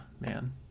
man